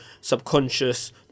subconscious